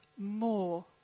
more